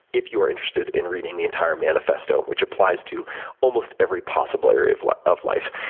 if you are interested in reading the entire manifesto which applies to almost every possible area of like of life.